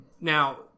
Now